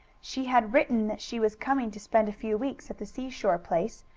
she had written that she was coming to spend a few weeks at the seashore place,